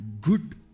good